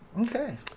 Okay